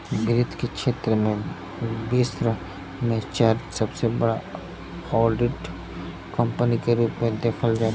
वित्त के क्षेत्र में विश्व में चार सबसे बड़ा ऑडिट कंपनी के रूप में देखल जाला